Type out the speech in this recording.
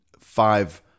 five